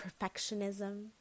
perfectionism